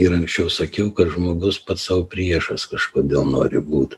ir anksčiau sakiau kad žmogus pats sau priešas kažkodėl nori būt